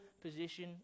position